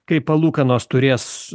kaip palūkanos turės